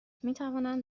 میتوانند